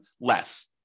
less